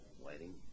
waiting